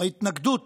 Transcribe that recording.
ההתנגדות